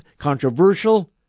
controversial